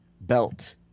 belt –